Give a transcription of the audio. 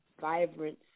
vibrance